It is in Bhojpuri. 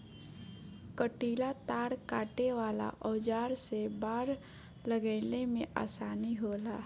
कंटीला तार काटे वाला औज़ार से बाड़ लगईले में आसानी होला